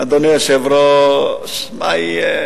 אדוני היושב-ראש, מה יהיה?